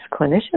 clinicians